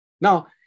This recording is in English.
Now